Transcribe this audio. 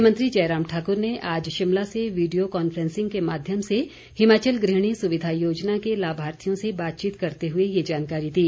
मुख्यमंत्री जयराम ठाकुर ने आज शिमला से वीडियो कॉन्फ्रेंसिंग के माध्यम से हिमाचल गृहिणी सुविधा योजना के लाभार्थियों से बातचीत करते हुए ये जानकारी दी